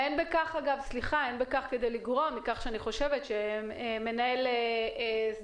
ואין בכך כדי לגרוע מכך שאני חושבת שמנהל שדה